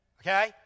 okay